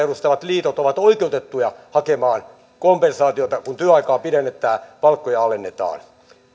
edustavat liitot ovat oikeutettuja hakemaan kompensaatiota kun työaikaa pidennetään palkkoja alennetaan